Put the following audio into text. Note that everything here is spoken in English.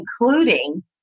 including